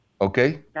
Okay